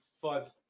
five